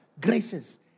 graces